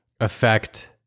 affect